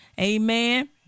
Amen